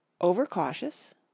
Over-cautious